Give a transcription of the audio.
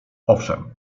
owszem